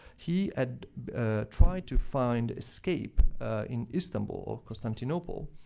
he had tried to find escape in istanbul, constantinople,